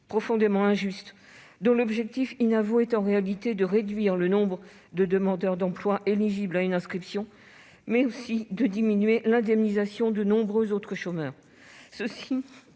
profondément injuste, dont l'objectif inavoué est de réduire le nombre de demandeurs d'emploi éligibles à une inscription tout en diminuant l'indemnisation de nombreux autres chômeurs, et